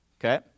Okay